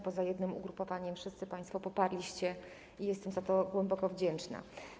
Poza jednym ugrupowaniem wszyscy państwo poparliście to i jestem za to głęboko wdzięczna.